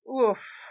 Oof